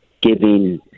giving